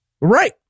Right